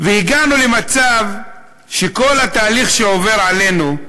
הגענו למצב שכל התהליך שעובר עלינו,